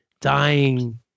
dying